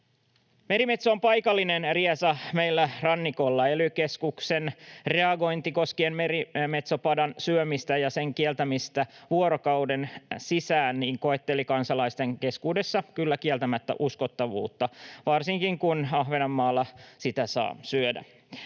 Merimetso on paikallinen riesa meillä rannikolla. Ely-keskuksen reagointi merimetsopadan syömiseen ja sen kieltäminen vuorokauden sisään koettelivat kyllä kieltämättä uskottavuutta kansalaisten keskuudessa, varsinkin kun Ahvenanmaalla sitä saa syödä.